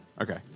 okay